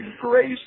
grace